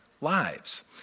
lives